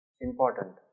important